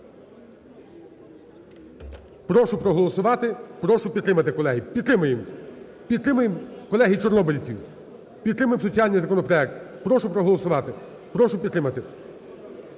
Прошу проголосувати, прошу підтримати, колеги. Підтримаємо! Підтримаємо, колеги, чорнобильців! Підтримаємо соціальний законопроект. Прошу проголосувати. Прошу підтримати.